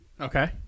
Okay